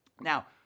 Now